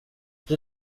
j’ai